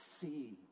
see